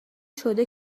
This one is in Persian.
شده